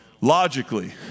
logically